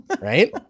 Right